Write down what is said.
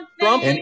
Trump